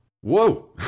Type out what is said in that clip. whoa